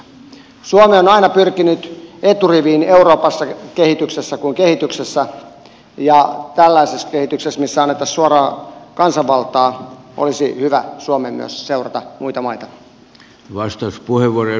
suomi on aina pyrkinyt eturiviin euroopassa kehityksessä kuin kehityksessä ja tällaisessa kehityksessä missä annettaisiin suoraa kansanvaltaa olisi hyvä suomen myös seurata muita maita